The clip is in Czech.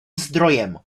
zdrojem